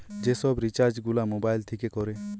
যে সব রিচার্জ গুলা মোবাইল থিকে কোরে